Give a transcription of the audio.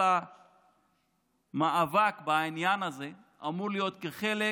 כל המאבק בעניין הזה אמור להיות כחלק